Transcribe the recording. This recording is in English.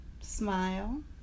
smile